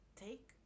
Take